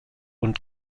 und